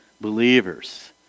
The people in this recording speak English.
believers